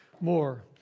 more